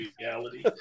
reality